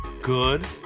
Good